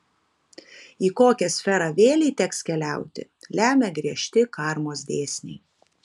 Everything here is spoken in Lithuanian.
į kokią sferą vėlei teks keliauti lemia griežti karmos dėsniai